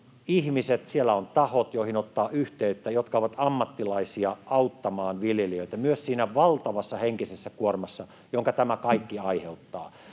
ihmisiä, siellä on tahoja, joihin ottaa yhteyttä, jotka ovat ammattilaisia auttamaan viljelijöitä myös siinä valtavassa henkisessä kuormassa, jonka tämä kaikki aiheuttaa.